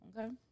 Okay